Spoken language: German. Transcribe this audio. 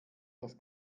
dass